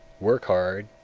work hard,